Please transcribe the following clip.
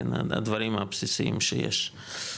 הדברים הבסיסיים שיש.